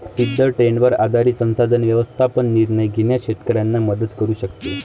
सिद्ध ट्रेंडवर आधारित संसाधन व्यवस्थापन निर्णय घेण्यास शेतकऱ्यांना मदत करू शकते